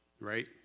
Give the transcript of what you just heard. Right